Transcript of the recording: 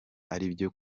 aribyo